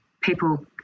people